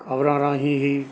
ਖਬਰਾਂ ਰਾਹੀਂ ਹੀ